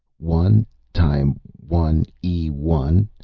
one time one ee one,